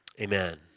Amen